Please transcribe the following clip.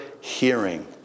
hearing